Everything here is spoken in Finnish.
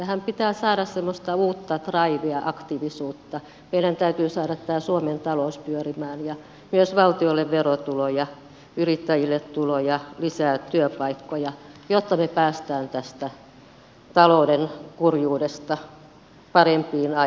tähän pitää saada semmoista uutta draivia aktiivisuutta meidän täytyy saada tämä suomen talous pyörimään ja myös valtiolle verotuloja yrittäjille tuloja lisää työpaikkoja jotta me pääsemme tästä talouden kurjuudesta parempiin aikoihin